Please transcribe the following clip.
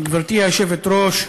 גברתי היושבת-ראש,